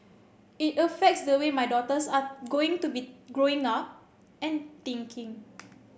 it affects the way my daughters are going to be Growing Up and thinking